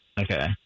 Okay